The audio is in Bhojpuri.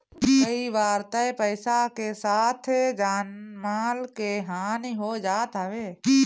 कई बार तअ पईसा के साथे जान माल के हानि हो जात हवे